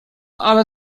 ale